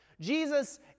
Jesus